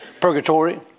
purgatory